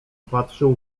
patrzył